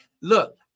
look